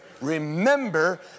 Remember